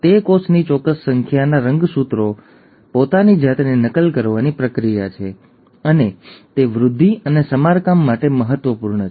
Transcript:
તે કોષની ચોક્કસ સંખ્યાના રંગસૂત્રો સાથે પોતાની જાતને નકલ કરવાની પ્રક્રિયા છે અને તે વૃદ્ધિ અને સમારકામ માટે મહત્વપૂર્ણ છે